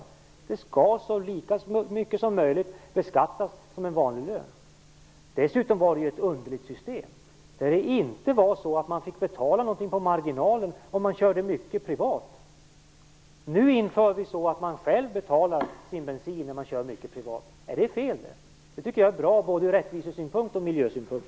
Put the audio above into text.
Tjänstebil skall i så hög grad som möjligt beskattas som en vanlig lön. Dessutom var det ett underligt system. Man fick betala på marginalen om man körde mycket privat. Nu inför vi att man själv betalar sin bensin när man kör mycket privat. Är det fel? Jag tycker att det är bra, både ur rättvise och miljösynpunkt.